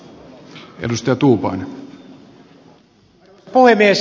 arvoisa puhemies